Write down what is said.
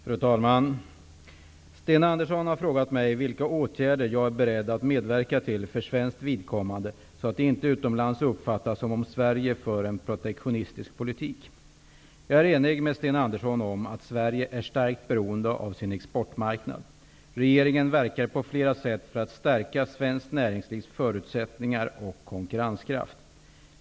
Fru talman! Sten Andersson i Malmö har frågat mig vilka åtgärder jag är beredd att medverka till för svenskt vidkommande, så att det inte utomlands uppfattas som om Sverige för en protektionistisk politik. Jag är enig med Sten Andersson om att Sverige är starkt beroende av sin exportmarknad. Regeringen verkar på flera sätt för att stärka svenskt näringslivs förutsättningar och konkurrenskraft.